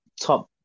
top